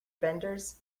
vendors